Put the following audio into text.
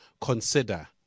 consider